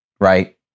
right